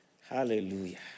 Hallelujah